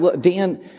Dan